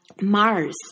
Mars